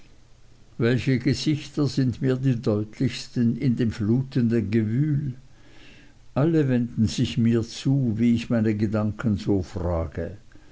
welche gesichter sind mir die deutlichsten in dem flutenden gewühl alle wenden sich mir zu wie ich meine gedanken so frage